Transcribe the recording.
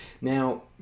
Now